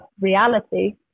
reality